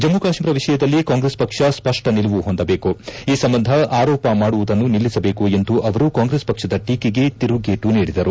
ಜಮ್ಮ ಕಾಶ್ಮೀರ ವಿಷಯದಲ್ಲಿ ಕಾಂಗ್ರೆಸ್ ಪಕ್ಷ ಸ್ವಷ್ಟ ನಿಲುವು ಹೊಂದಬೇಕು ಈ ಸಂಬಂಧ ಆರೋಪ ಮಾಡುವುದನ್ನು ನಿಲ್ಲಿಸಬೇಕು ಎಂದು ಅವರು ಕಾಂಗ್ರೆಸ್ ಪಕ್ಷದ ಟೀಕೆಗೆ ತಿರುಗೇಟು ನೀಡಿದರು